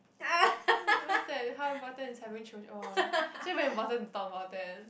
what's that how important in having children oh so very important to talk about then